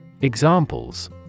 Examples